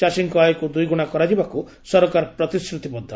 ଚାଷୀଙ୍କ ଆୟକୁ ଦୁଇଗୁଶା କରାଯିବାକୁ ସରକାର ପ୍ରତିଶ୍ରୁତିବଦ୍ଧ